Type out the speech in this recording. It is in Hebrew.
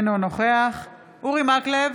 אינו נוכח אורי מקלב,